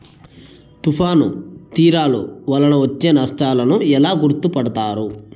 తుఫాను తీరాలు వలన వచ్చే నష్టాలను ఎలా గుర్తుపడతారు?